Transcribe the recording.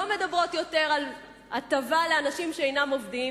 לא מדברות יותר על הטבה לאנשים שאינם עובדים